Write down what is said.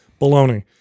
Baloney